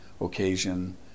occasion